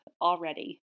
already